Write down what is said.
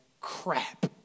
crap